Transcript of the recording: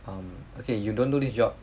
um okay you don't do this job